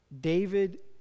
David